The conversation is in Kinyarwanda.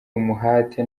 umuhate